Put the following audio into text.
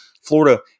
Florida